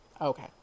Okay